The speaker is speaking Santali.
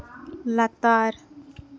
ᱞᱟᱛᱟᱨ